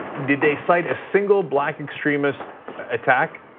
did they cite a single black extremist attack?